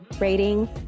rating